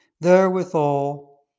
Therewithal